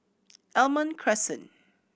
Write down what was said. Almond Crescent